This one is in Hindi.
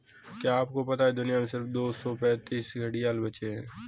क्या आपको पता है दुनिया में सिर्फ दो सौ पैंतीस घड़ियाल बचे है?